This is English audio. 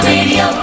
Radio